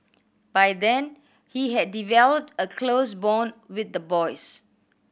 by then he had developed a close bond with the boys